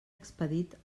expedit